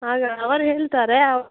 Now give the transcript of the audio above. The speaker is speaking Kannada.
ಆದರೆ ಅವರು ಹೇಳ್ತಾರೆ